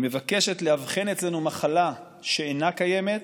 היא מבקשת לאבחן אצלנו מחלה שאינה קיימת